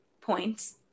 points